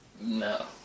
No